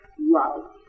Love